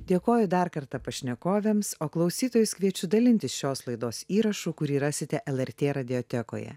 dėkoju dar kartą pašnekovėms o klausytojus kviečiu dalintis šios laidos įrašu kurį rasite lrt radiotekoje